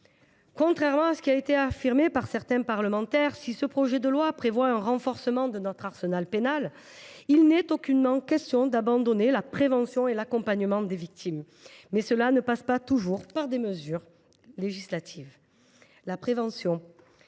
Contrairement à ce que certains parlementaires ont affirmé, si le présent texte prévoit un renforcement de notre arsenal pénal, il n’est aucunement question d’abandonner la prévention et l’accompagnement des victimes, lesquels ne passent pas toujours par des mesures législatives. La prévention